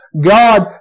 God